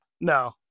No